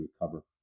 recover